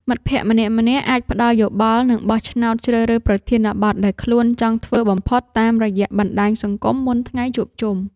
មិត្តភក្តិម្នាក់ៗអាចផ្ដល់យោបល់ និងបោះឆ្នោតជ្រើសរើសប្រធានបទដែលខ្លួនចង់ធ្វើបំផុតតាមរយៈបណ្ដាញសង្គមមុនថ្ងៃជួបជុំ។